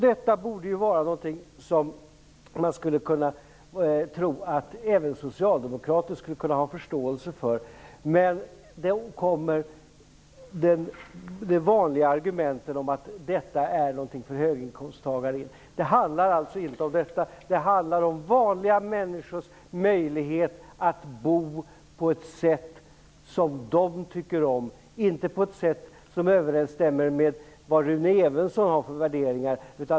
Detta borde vara någonting som även Socialdemokraterna skulle kunna ha förståelse för, men då kommer de vanliga argumenten att detta är någonting för höginkomsttagare. Det handlar inte om det utan om vanliga människors möjlighet att bo på ett sätt som de tycker om, inte på ett sätt som överensstämmer med vad Rune Evensson har för värderingar.